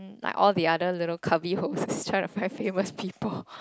like all the other little tubby holes trying to find famous people